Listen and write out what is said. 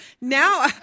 Now